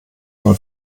mal